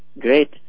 great